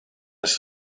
les